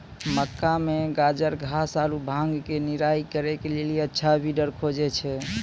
मक्का मे गाजरघास आरु भांग के निराई करे के लेली अच्छा वीडर खोजे छैय?